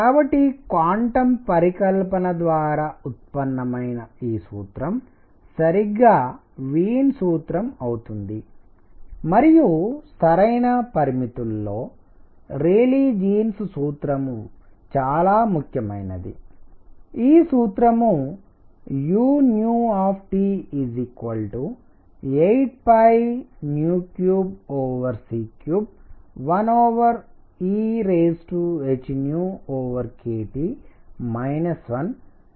కాబట్టి క్వాంటం పరికల్పన ద్వారా ఉత్పన్నమైన ఈ సూత్రం సరిగ్గా వీన్ సూత్రం అవుతుంది మరియు సరైన పరిమితుల్లో రేలీ జీన్ సూత్రం చాలా ముఖ్యమైనది ఈ సూత్రం u 83c31ehkT 1 ప్రయోగాలకు సరిపోతుంది